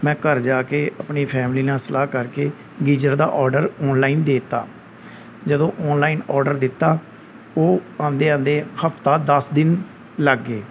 ਮੈਂ ਘਰ ਜਾ ਕੇ ਆਪਣੀ ਫੈਮਲੀ ਨਾਲ ਸਲਾਹ ਕਰਕੇ ਗੀਜ਼ਰ ਦਾ ਔਡਰ ਔਨਲਾਈਨ ਦੇ ਤਾ ਜਦੋਂ ਔਨਲਾਈਨ ਔਡਰ ਦਿੱਤਾ ਉਹ ਆਉਂਦੇ ਆਉਂਦੇ ਹਫਤਾ ਦਸ ਦਿਨ ਲੱਗ ਗਏ